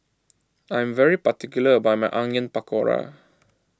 I am particular about my Onion Pakora